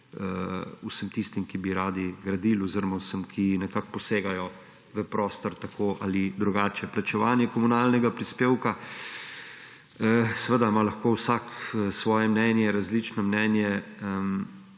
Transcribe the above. vsem tistim, ki bi radi gradili oziroma vsem, ki nekako posegajo v prostor, tako ali drugače. Plačevanje komunalnega prispevka – seveda ima lahko vsak svoje mnenje, različno mnenje,